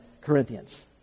Corinthians